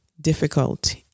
difficult